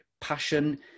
Passion